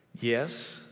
Yes